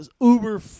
uber